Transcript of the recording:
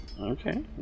Okay